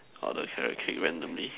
all the carrot cake randomly